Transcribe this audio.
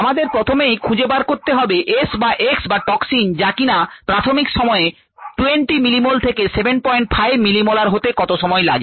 আমাদের প্রথমেই খুঁজে বার করতে হবে S বা X বা টক্সিন যা কিনা প্রাথমিক সময়ে 20 মিলিমোল থেকে 75 মিলিমোলার হতে কত সময় লাগে